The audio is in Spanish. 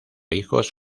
hijos